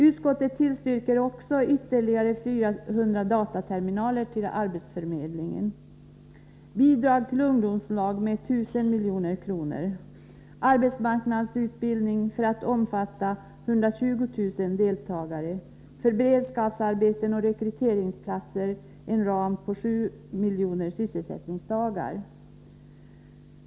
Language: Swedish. Utskottet tillstyrker också ytterligare 400 dataterminaler till arbetsförmedlingarna, bidrag till ungdomslag med 1 000 milj.kr., anslag till arbetsmarknadsutbildningen för att den skall kunna omfatta 120 000 deltagare och för beredskapsarbeten och rekryteringsplatser en ram på 7 miljoner sysselsättningsdagar.